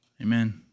Amen